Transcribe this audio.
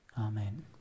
Amen